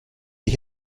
ich